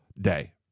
day